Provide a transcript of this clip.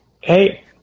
Hey